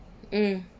mm